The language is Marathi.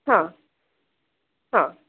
हां हां